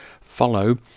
follow